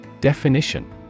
Definition